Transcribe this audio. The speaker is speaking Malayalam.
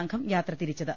സംഘം യാത്രതിരിച്ചത്